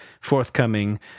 forthcoming